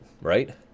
right